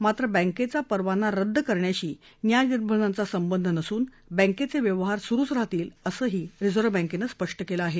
मात्र बँकेचा परवाना रदद करण्याशी या निर्बंधांचा संबंध नसून बँकेचे व्यवहार सुरु राहतील असं रिझर्व्ह बँकेनं स्पष्ट केलं आहे